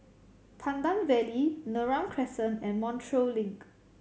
Pandan Valley Neram Crescent and Montreal Link